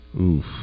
Oof